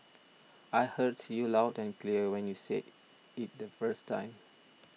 I heard you loud and clear when you said it the first time